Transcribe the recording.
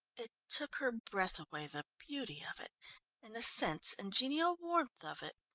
it took her breath away, the beauty of it and the sense and genial warmth of it.